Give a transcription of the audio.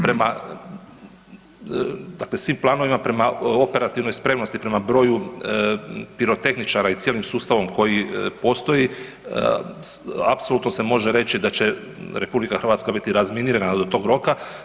Prema dakle svim planovima prema operativnoj spremnosti, prema broju pirotehničara i cijelim sustavom koji postoji apsolutno se može reći da će RH biti razminirana do tog roka.